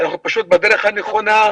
אנחנו בדרך הנכונה.